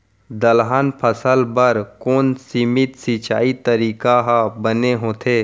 दलहन फसल बर कोन सीमित सिंचाई तरीका ह बने होथे?